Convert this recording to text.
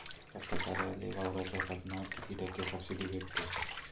कास्तकाराइले वावराच्या साधनावर कीती टक्के सब्सिडी भेटते?